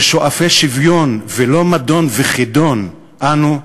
ששואפי שוויון ולא מדון וכידון אנו?